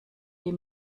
die